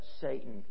Satan